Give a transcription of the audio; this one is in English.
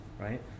right